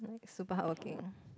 super hardworking